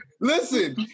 Listen